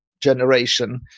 generation